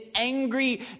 angry